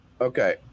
Okay